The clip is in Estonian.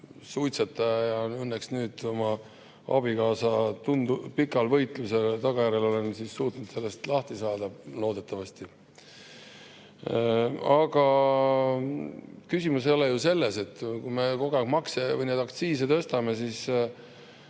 suitsetaja, õnneks nüüd oma abikaasa pika võitluse tulemusena olen suutnud sellest lahti saada, loodetavasti. Aga küsimus ei ole ju selles. Kui me kogu aeg makse või aktsiise tõstame, siis